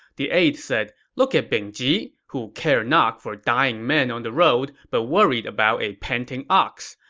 the aide said, look at bing ji, who cared not for dying men on the road but worried about a panting ox,